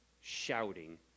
shouting